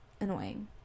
annoying